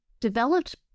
developed